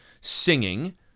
singing